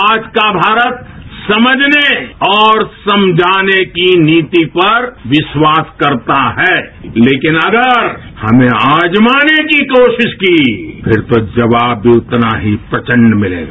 आज का भारत समझने और समझाने की नीति पर विश्वास करता है लेकिन अगर हमे आजमाने की कोशिश की फिर तो जवाब भी उतना प्रचंड मिलेगा